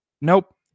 nope